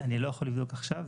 אני לא יכול לבדוק עכשיו.